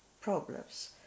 problems